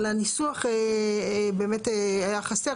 אבל הניסוח באמת היה חסר.